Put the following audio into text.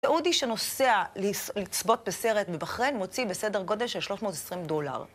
זה אודי שנוסע לצפות בסרט בבחריין מוציא בסדר גודל של 320 דולר.